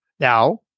Now